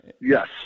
yes